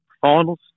finals